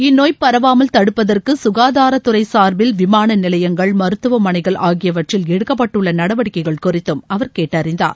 இந்நோய் பரவாமல் தடுப்பதற்கு சுகாதாரத்துறை சார்பில் விமானநிலையங்கள் மருத்துவமனைகள் ஆகியவற்றில் எடுக்கப்பட்டுள்ள நடவடிக்கைகள் குறித்தும் அவர் கேட்டறிந்தார்